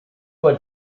what